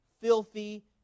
filthy